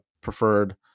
preferred